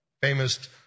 famous